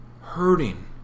hurting